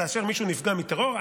כאשר מישהו נפגע מטרור,